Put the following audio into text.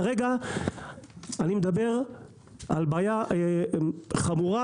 כרגע אני מדבר על בעיה חמורה,